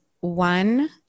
one